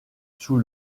sous